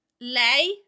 lei